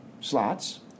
slots